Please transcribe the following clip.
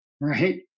right